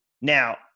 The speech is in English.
Now –